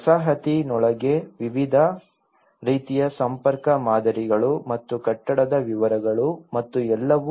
ವಸಾಹತಿನೊಳಗೆ ವಿವಿಧ ರೀತಿಯ ಸಂಪರ್ಕ ಮಾದರಿಗಳು ಮತ್ತು ಕಟ್ಟಡದ ವಿವರಗಳು ಮತ್ತು ಎಲ್ಲವೂ